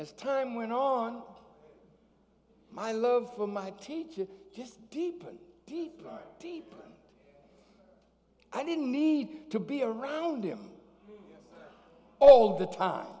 as time went on my love for my teacher just deep deep deep i didn't need to be around him all the time